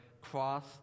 cross